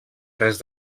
res